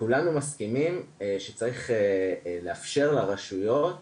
כולנו מסכימים שצריך לאפשר לרשויות